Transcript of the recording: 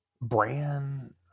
brand